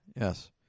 Yes